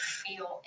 feel